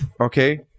Okay